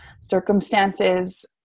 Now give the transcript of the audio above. circumstances